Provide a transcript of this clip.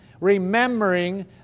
remembering